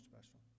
special